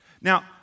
Now